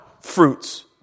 fruits